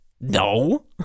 no